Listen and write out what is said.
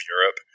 Europe